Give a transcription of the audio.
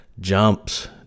jumps